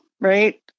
right